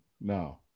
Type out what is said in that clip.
No